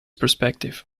perspective